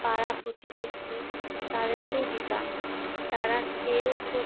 পাড়া প্রতিবেশী তাদেরকেও দিতাম তারা খেয়েও খুব